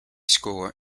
score